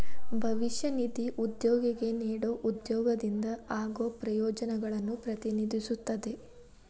ಭವಿಷ್ಯ ನಿಧಿ ಉದ್ಯೋಗಿಗೆ ನೇಡೊ ಉದ್ಯೋಗದಿಂದ ಆಗೋ ಪ್ರಯೋಜನಗಳನ್ನು ಪ್ರತಿನಿಧಿಸುತ್ತದೆ